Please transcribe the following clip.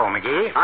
McGee